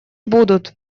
будут